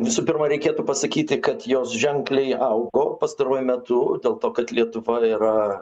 visų pirma reikėtų pasakyti kad jos ženkliai augo pastaruoju metu dėl to kad lietuva yra